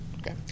Okay